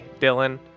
Dylan